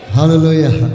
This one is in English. Hallelujah